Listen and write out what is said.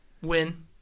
Win